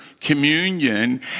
communion